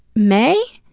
may?